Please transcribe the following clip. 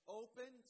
open